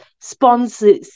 sponsors